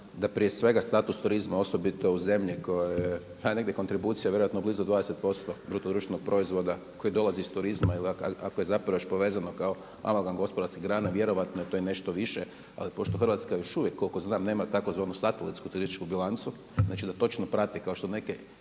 da prije svega status turizma osobito u zemlji u kojoj je hajde negdje kontribucija vjerojatno blizu 20 posto bruto društvenog proizvoda koji dolazi iz turizma i ako je zapravo još povezano kao amagam gospodarskih grana vjerojatno je to i nešto više, ali pošto Hrvatska još uvijek koliko znam nema tzv. satelitsku turističku bilancu, znači, da točno prati kao što neke